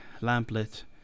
lamplit